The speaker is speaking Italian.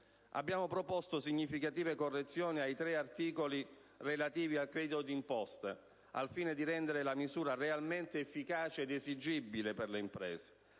Abbiamo proposto significative correzioni ai tre articoli relativi al credito d'imposta, al fine di rendere la misura realmente efficace ed esigibile per le imprese: